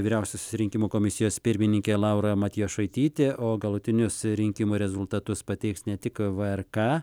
vyriausiosios rinkimų komisijos pirmininkė laura matjošaitytė o galutinius rinkimų rezultatus pateiks ne tik vrk